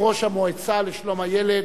המועצה לשלום הילד.